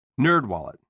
NerdWallet